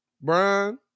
Brian